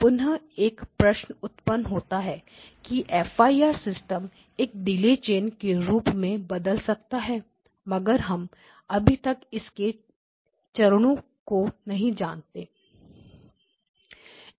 पुनः एक प्रश्न उत्पन्न होता है की fir सिस्टम एक डिले चैन के रूप में बदल सकता है मगर हम अभी तक इसके चरणों को नहीं जानते